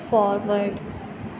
forward